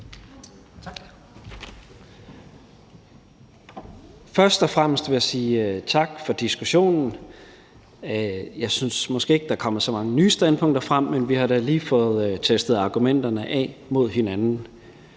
Først og fremmest vil jeg sige tak for diskussionen. Jeg synes måske ikke, at der er kommet så mange nye standpunkter frem, men vi har da lige fået testet argumenterne af mod hinanden.